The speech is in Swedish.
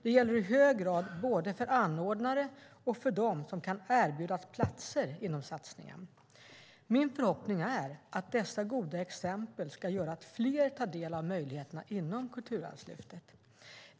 Det gäller i hög grad både för anordnare och för dem som kan erbjudas platser inom satsningen. Min förhoppning är att dessa goda exempel ska göra att fler tar del av möjligheterna inom Kulturarvslyftet.